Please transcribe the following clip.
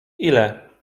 ile